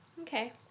Okay